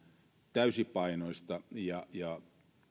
täysipainoista ja ja